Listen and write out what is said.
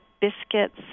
biscuits